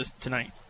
tonight